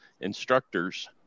instructors